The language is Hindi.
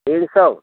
डेढ़ सौ